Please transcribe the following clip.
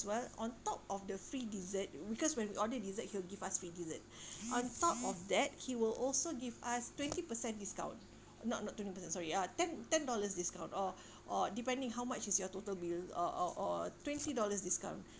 well on top of the free dessert because when you order dessert he'll give us free dessert on top of that he will also give us twenty percent discount not not twenty percent sorry uh ten ten dollars discount or or depending how much is your total bill or or or twenty dollars discount